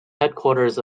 headquarters